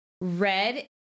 Red